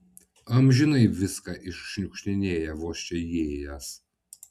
amžinai viską iššniukštinėja vos čia įėjęs